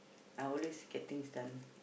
I always get things done